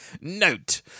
Note